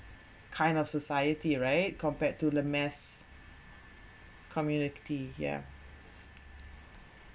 kind of society right compared to the mass community here